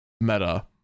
meta